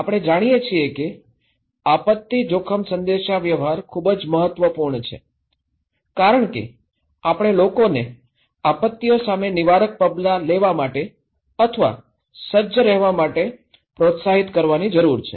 આપણે જાણીએ છીએ કે આપત્તિ જોખમ સંદેશાવ્યવહાર ખૂબ જ મહત્વપૂર્ણ છે કારણ કે આપણે લોકોને આપત્તિઓ સામે નિવારક પગલાં લેવા અથવા સજ્જ રહેવા માટે પ્રોત્સાહિત કરવાની જરૂર છે